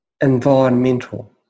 environmental